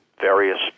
various